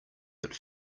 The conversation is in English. that